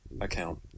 account